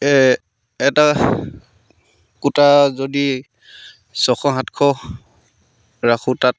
এটা কুটা যদি ছশ সাতশ ৰাখোঁ তাত